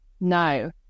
No